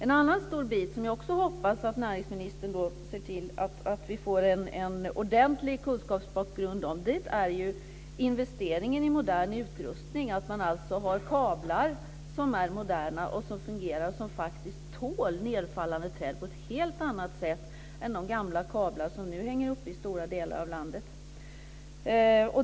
En annan stor del som jag också hoppas att näringsministern ser till att vi får en ordentlig kunskapsbakgrund om är investeringen i modern utrustning, att man alltså har kablar som är moderna och fungerar och som faktiskt tål nedfallande träd på ett helt annat sätt än de gamla kablar som nu hänger i stora delar av landet.